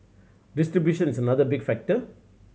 distribution is another big factor